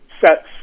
sets